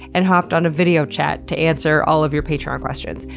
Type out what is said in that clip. and hopped on a video chat to answer all of your patreon questions.